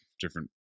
different